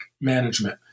management